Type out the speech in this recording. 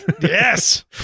Yes